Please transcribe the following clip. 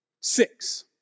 six